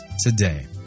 today